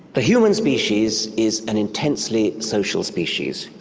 the human species is an intensely social species.